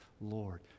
Lord